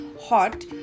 hot